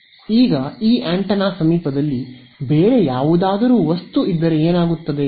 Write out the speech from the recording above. ಈಗ ಈ ಆಂಟೆನಾ ಸಮೀಪದಲ್ಲಿ ಬೇರೆ ಯಾವುದಾದರೂ ವಸ್ತು ಇದ್ದರೆ ಏನಾಗುತ್ತದೆ